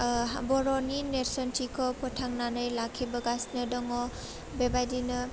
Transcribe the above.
ओह बर'नि नेर्सोनथिखौ फोथांनानै लाखिबोगासिनो दङ बेबायदिनो